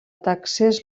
taxes